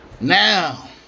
Now